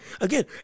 again